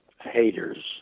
haters